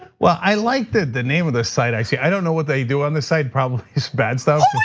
well, i like the the name of the site i see. i don't know what they do on the site, probably it's bad stuff.